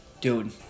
Dude